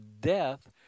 death